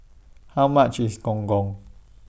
How much IS Gong Gong